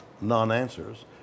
non-answers